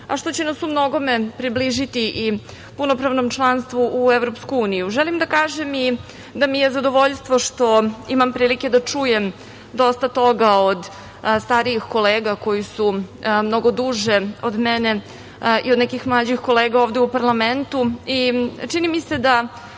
a što će nas u mnogome približiti i punopravnom članstvu u EU.Želim da kažem da mi je zadovoljstvo što imam prilike da čujem dosta toga od starijih kolega koji su mnogo duže od mene i od nekih mlađih kolega ovde u parlamentu. Čini mi se da